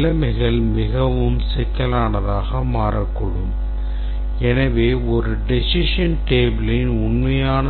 நிலைமைகள் மிகவும் சிக்கலானதாக மாறக்கூடும் எனவே ஒரு decision tableயின் உண்மையான